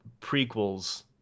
prequels